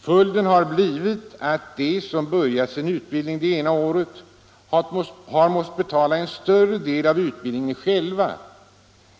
Följden har blivit att de som börjat sin utbildning under senare år har måst betala en större del av utbildningen själva